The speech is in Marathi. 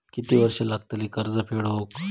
किती वर्षे लागतली कर्ज फेड होऊक?